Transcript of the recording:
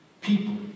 people